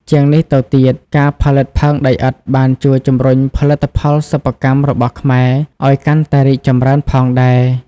ជាងនេះទៅទៀត ការផលិតផើងដីឥដ្ឋបានជួយ ជំរុញផលិតផលសិប្បកម្មរបស់ខ្មែរ ឲ្យកាន់តែរីកចម្រើនផងដែរ។